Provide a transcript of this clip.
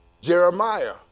Jeremiah